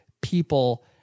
people